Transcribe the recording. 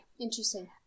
Interesting